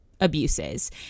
abuses